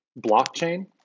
blockchain